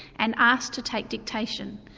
and asked to take dictation.